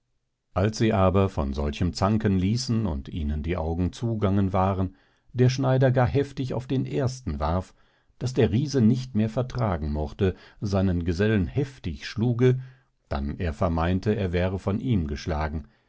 als sie aber von solchem zanken ließen und ihnen die augen zugangen waren der schneider gar heftig auf den ersten warf daß der riese nicht mehr vertragen mogte seinen gesellen heftig schluge dann er vermeinte er wäre von ihm geschlagen